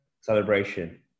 celebration